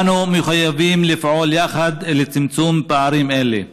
אנו מחויבים לפעול יחד לצמצום פערים אלה.